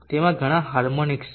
તેમાં ઘણા હાર્મોનિક્સ છે